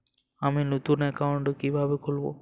আমি নতুন অ্যাকাউন্ট কিভাবে খুলব?